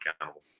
accountable